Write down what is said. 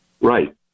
Right